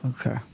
Okay